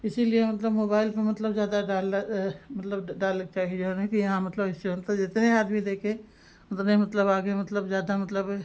इसीलिए मतलब मोबाइल पर मतलब ज़्यादा डाल मतलब डालै के चाही जऊन है कि हाँ मतलब जैसे हम तो जितने आदमी देखे उतने मतलब आगे मतलब ज़्यादा मतलब ए